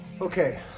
Okay